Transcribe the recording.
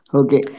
Okay